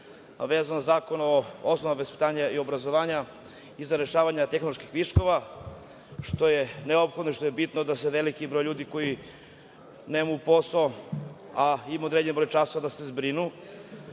vezano za Zakon o osnovama vaspitanja i obrazovanja i za rešavanje tehnoloških viškova, što je neophodno i što je bitno, da se veliki broj ljudi koji nemaju posao, a imaju određeni broj časova, da se zbrinu.S